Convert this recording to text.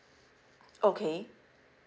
okay